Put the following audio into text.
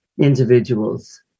individuals